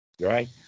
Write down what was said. right